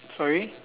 sorry